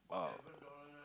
about